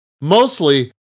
Mostly